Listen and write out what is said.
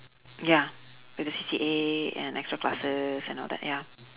ya with the C_C_A and extra classes and all that ya